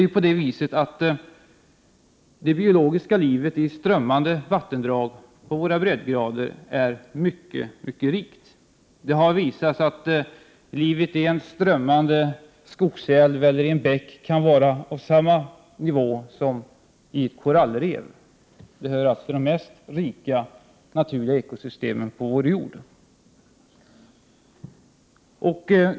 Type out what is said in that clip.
Det biologiska livet i strömmande vattendrag på våra breddgrader är mycket rikt. Det har visat sig att livet i strömmande skogsälvar och bäckar kan vara av samma omfattning som i ett korallrev. Det hör alltså till de rikaste naturliga ekosystemen på vår jord.